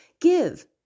give